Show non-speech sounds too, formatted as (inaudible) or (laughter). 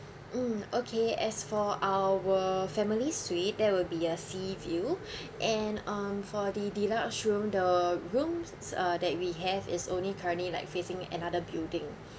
mm okay as for our families suite there will be a sea view (breath) and um for the the deluxe room the room uh that we have is only currently like facing another building